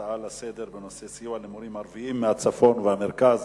ההצעה לסדר-היום בנושא סיוע למורים ערבים מהצפון והמרכז